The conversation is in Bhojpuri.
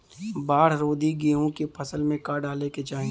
बाढ़ रोधी गेहूँ के फसल में का डाले के चाही?